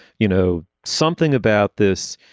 you know something about this,